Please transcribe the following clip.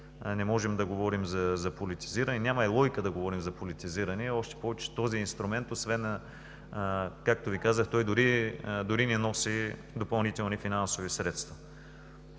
не можем да говорим за политизиране. Няма и логика да говорим за политизиране, още повече че този инструмент, както Ви казах, дори не носи допълнителни финансови средства.